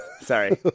Sorry